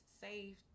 safe